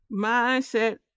mindset